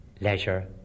leisure